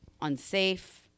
unsafe